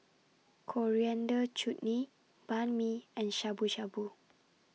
Coriander Chutney Banh MI and Shabu Shabu